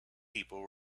people